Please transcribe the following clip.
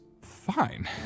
fine